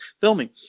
filming